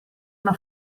una